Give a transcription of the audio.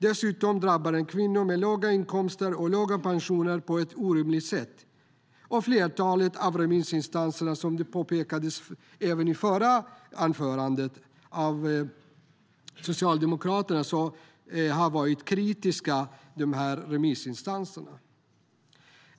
Dessutom drabbar den kvinnor med låga inkomster och låga pensioner på ett orimligt sätt. Flertalet av remissinstanserna har, som Socialdemokraterna påpekade i det förra anförandet, varit kritiska.